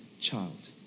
child